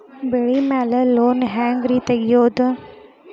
ಬೆಳಿ ಮ್ಯಾಲೆ ಲೋನ್ ಹ್ಯಾಂಗ್ ರಿ ತೆಗಿಯೋದ?